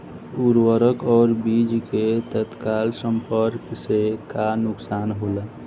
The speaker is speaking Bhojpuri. उर्वरक और बीज के तत्काल संपर्क से का नुकसान होला?